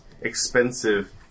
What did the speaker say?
expensive